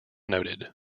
noted